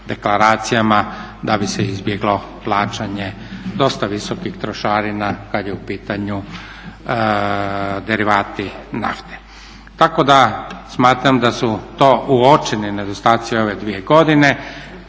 da bi se izbjeglo plaćanje dosta visokih trošarina kada je u pitanju derivati nafte, tako da smatram da su to uočeni nedostaci ove dvije godine